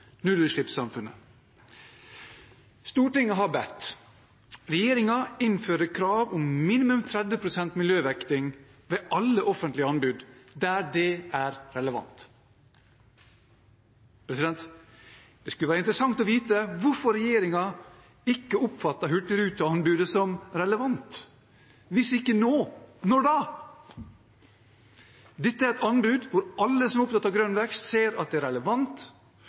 nullutslippssamfunnet. Stortinget har bedt regjeringen innføre krav om minimum 30 pst. miljøvekting ved alle offentlige anbud der det er relevant. Det skulle være interessant å vite hvorfor regjeringen ikke oppfatter hurtigruteanbudet som relevant. Hvis ikke nå, når da? Dette er et anbud hvor alle som er opptatt av grønn vekst, ser at det er relevant